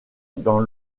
dans